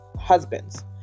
husbands